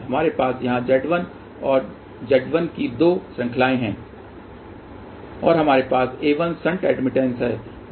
हमारे पास यहां Z1 और Z1 की दो श्रृंखलाएं हैं और हमारे पास a1 शंट एडमिटेंस है जो Y2 है